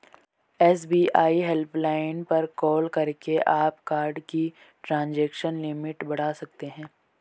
SBI helpline पर call करके आप कार्ड की ट्रांजैक्शन लिमिट बढ़ा सकते हैं